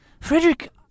Frederick